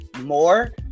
more